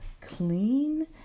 clean